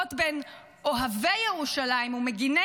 המחלוקות בין אוהבי וירושלים ומגיני